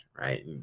right